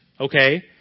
okay